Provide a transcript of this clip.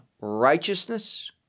righteousness